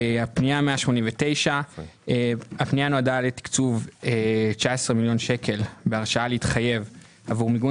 הפנייה נועדה לתקצוב 19 מיליון שקל בהרשאה להתחייב עבור מיגון